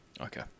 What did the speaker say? okay